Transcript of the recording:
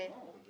לוועדה המייעצת?